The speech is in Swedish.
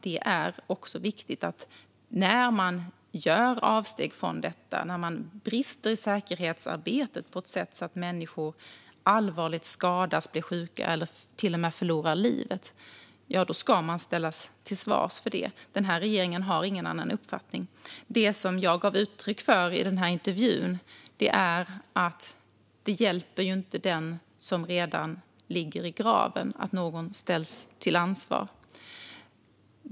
Det är också viktigt att vid avsteg, vid brister i säkerhetsarbetet så att människor skadas allvarligt, blir sjuka eller till och med förlorar livet, ska man ställas till svars. Den här regeringen har ingen annan uppfattning. Det som jag gav uttryck för i intervjun är att det inte hjälper den som redan ligger i graven att någon ställs till ansvar.